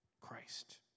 Christ